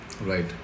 right